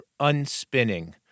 unspinning